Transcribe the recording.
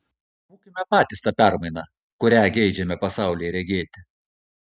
būkime patys ta permaina kurią geidžiame pasaulyje regėti